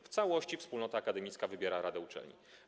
W całości wspólnota akademicka wybiera radę uczelni.